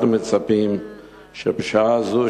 אנחנו מצפים שבשעה הזאת,